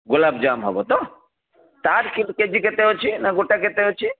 ଗୋଲାପଜାମ୍ ହେବ ତ ତା'ର କିନ୍ତୁ କେଜି କେତେ ଅଛି ନା ଗୋଟା କେତେ ଅଛି